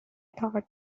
thought